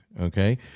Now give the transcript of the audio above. Okay